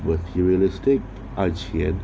materialistic asean